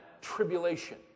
tribulation